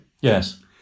Yes